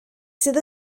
sydd